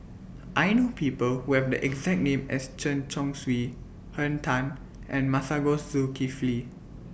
I know People Who Have The exact name as Chen Chong Swee Henn Tan and Masagos Zulkifli